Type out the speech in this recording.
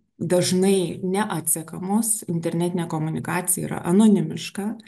dažnai neatsekamos internetinė komunikacija yra anonimiška